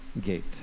gate